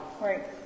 right